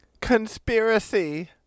Conspiracy